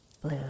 blue